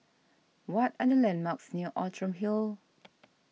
what are the landmarks near Outram Hill